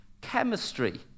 chemistry